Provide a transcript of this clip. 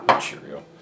Cheerio